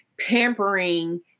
pampering